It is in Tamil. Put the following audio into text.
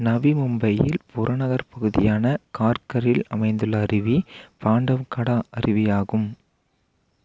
நவி மும்பையில் புறநகர் பகுதியான கார்கரில் அமைந்துள்ள அருவி பாண்டவ்கடா அருவியாகும்